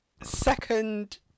Second